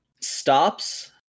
stops